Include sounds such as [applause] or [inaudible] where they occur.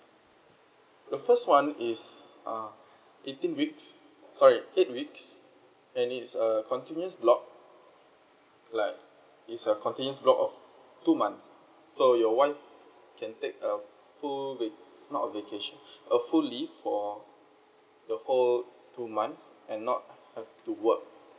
the first one is uh eighteen weeks sorry eight weeks and it's err continuous block like it's a continuous block of two months so your wife can take uh full v~ not a vacation [breath] a full leave for the whole two months and not have to work